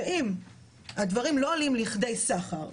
ואם הדברים לא עולים לכדי סחר.